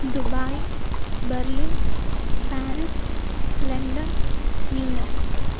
Dubai Berlin Paris London New York